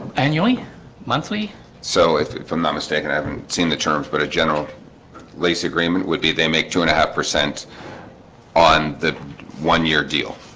annually monthly so if if i'm not mistaken i haven't seen the terms but a general lease agreement would be they make two and a half percent on the one-year deal